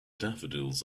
daffodils